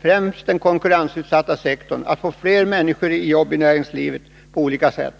främst på den konkurrensutsatta sektorn, så att vi får fler människor sysselsatta i näringslivet på olika sätt.